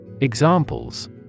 examples